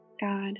God